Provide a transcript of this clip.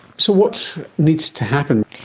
so what needs to happen?